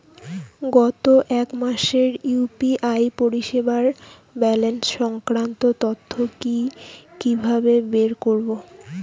গত এক মাসের ইউ.পি.আই পরিষেবার ব্যালান্স সংক্রান্ত তথ্য কি কিভাবে বের করব?